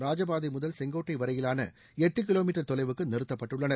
ராஜபாதை முதல் செங்கோட்டை வரையிலான எட்டு கிலோமீட்டர் தொலைவுக்கு நிறுத்தப்பட்டுள்ளனர்